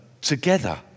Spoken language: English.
together